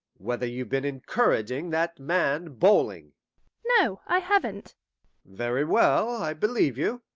whether you've been encouraging that man bowling no, i haven't very well, i believe you.